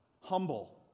humble